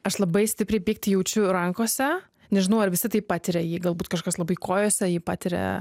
aš labai stipriai pyktį jaučiu rankose nežinau ar visi taip patiria jį galbūt kažkas labai kojose ji patiria